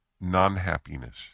non-happiness